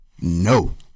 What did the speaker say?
No